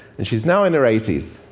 and she's now in her eighty s.